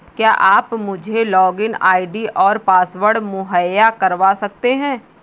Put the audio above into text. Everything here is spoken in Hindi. क्या आप मुझे लॉगिन आई.डी और पासवर्ड मुहैय्या करवा सकते हैं?